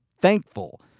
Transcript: thankful